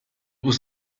was